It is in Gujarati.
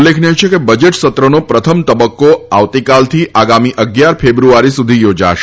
ઉલ્લેખનીય છે કે બજેટ સત્રનો પ્રથમ તબકકો આવતીકાલથી આગામી અગીયાર ફેબ્રુઆરી સુધી યોજાશે